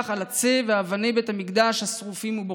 על עצי ואבני בית המקדש השרופים ובוכה.